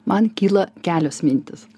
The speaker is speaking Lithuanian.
man kyla kelios mintys